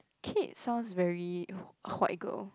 Kit sounds very white girl